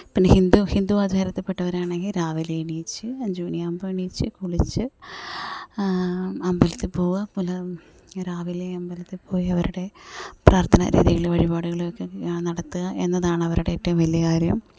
പിന്നെ ഹിന്ദു ഹിന്ദു ആചാരത്തിൽപ്പെട്ടവരാണെങ്കിൽ രാവിലെയെണീച്ച് അഞ്ച് മണിയാകുമ്പം എണീറ്റ് കുളിച്ച് അമ്പലത്തിൽ പോകുക പുലർ രാവിലെ അമ്പലത്തിൽപ്പോയവരുടെ പ്രാർത്ഥന രീതികൾ വഴിപാടുകളുമൊക്കെ നടത്തുക എന്നതാണ് അവരുടെ ഏറ്റവും വലിയകാര്യം